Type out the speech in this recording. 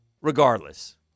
Regardless